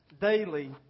daily